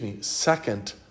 second